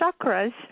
chakras